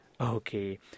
Okay